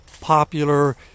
popular